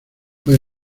pues